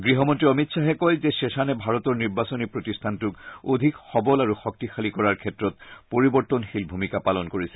গহমন্নী অমিত শ্বাহে কয় যে শেখানে ভাৰতৰ নিৰ্বাচনী প্ৰতিষ্ঠানটোক অধিক সবল আৰু শক্তিশালী কৰাৰ ক্ষেত্ৰত পৰিৱৰ্তনশীল ভূমিকা পালন কৰিছিল